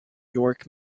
york